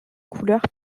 couleurs